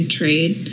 trade